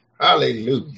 Hallelujah